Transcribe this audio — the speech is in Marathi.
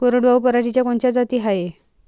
कोरडवाहू पराटीच्या कोनच्या जाती हाये?